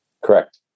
Correct